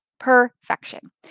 Perfection